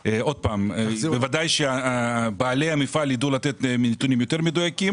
בוודאי שבעלי המפעל יוכלו לתת נתונים יותר מדויקים